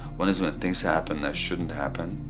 one is when things happen that shouldn't happen